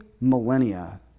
millennia